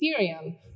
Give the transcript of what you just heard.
Ethereum